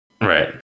Right